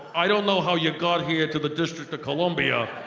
i don't know how you got here to the district of columbia